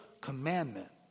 commandment